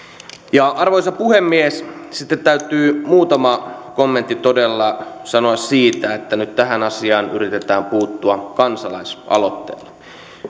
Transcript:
arvoisa puhemies sitten täytyy muutama kommentti todella sanoa siitä että nyt tähän asiaan yritetään puuttua kansalaisaloitteella